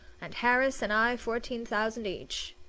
and harris and i fourteen thousand each.